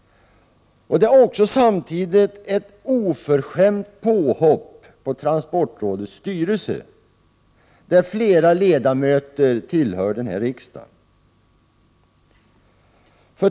Det är samtidigt ett oförskämt påhopp på transportrådets styrelse, där flera ledamöter tillhör denna riksdag.